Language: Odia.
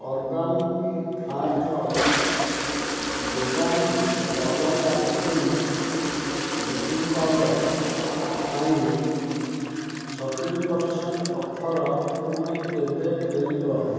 urban Platter vegan double acting baking powder ପାଇଁ ସତୁରୀ ପରସେଣ୍ଟ୍ ଅଫର୍ ପୁଣି କେବେ ଫେରିବ